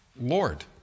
Lord